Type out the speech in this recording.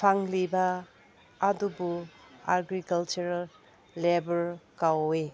ꯐꯪꯂꯤꯕ ꯑꯗꯨꯕꯨ agricultural labour ꯀꯧꯋꯤ